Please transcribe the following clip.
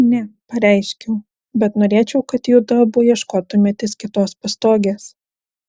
ne pareiškiau bet norėčiau kad judu abu ieškotumėtės kitos pastogės